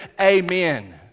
amen